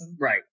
Right